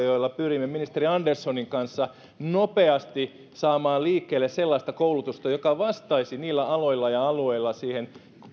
joilla pyrimme ministeri anderssonin kanssa nopeasti saamaan liikkeelle sellaista koulutusta joka vastaisi niillä aloilla ja alueilla siihen